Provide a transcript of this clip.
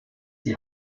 die